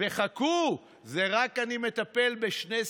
לזה החלופי,